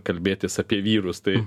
kalbėtis apie vyrus tai